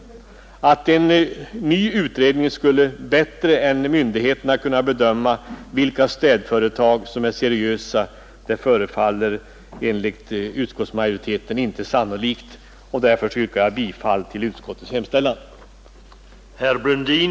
Att en ny utredning skulle bättre än myndigheterna kunna bedöma vilka städföretag som är seriösa förefaller enligt utskottsmajoriteten inte sannolikt, och därför yrkar jag bifall till utskottets hemställan.